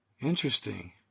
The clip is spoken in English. Interesting